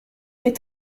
est